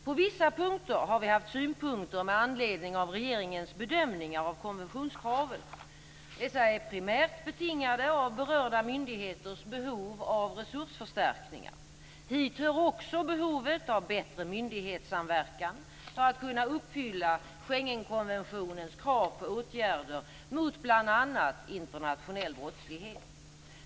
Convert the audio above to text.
På vissa punkter har vi haft synpunkter med anledning av regeringens bedömningar av konventionskraven. Dessa är primärt betingade av berörda myndigheters behov av resursförstärkningar. Hit hör också behovet av bättre myndighetssamverkan för att kunna uppfylla Schengenkonventionens krav på åtgärder mot bl.a. internationell brottslighet.